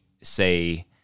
say